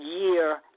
year